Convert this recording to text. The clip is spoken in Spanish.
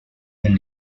del